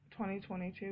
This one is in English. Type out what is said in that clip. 2022